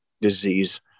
disease